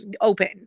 open